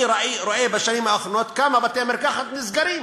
אני רואה בשנים האחרונות כמה בתי-מרקחת נסגרים,